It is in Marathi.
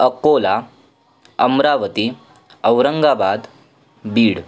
अकोला अमरावती औरंगाबाद बीड